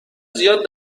زیاد